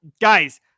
Guys